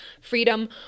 freedom